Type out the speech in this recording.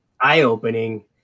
eye-opening